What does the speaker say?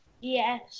Yes